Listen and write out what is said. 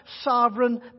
sovereign